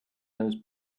those